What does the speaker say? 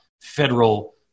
federal